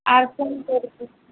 আর phone করবি